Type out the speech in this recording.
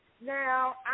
Now